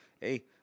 hey